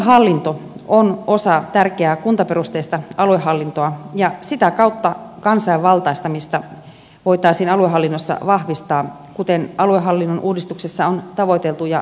maakuntahallinto on osa tärkeää kuntaperusteista aluehallintoa ja sitä kautta kansanvaltaistamista voitaisiin aluehallinnossa vahvistaa kuten aluehallinnon uudistuksessa on tavoiteltu ja selontekoonkin kirjattu